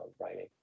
writing